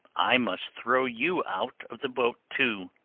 i must throw you out of the boat too.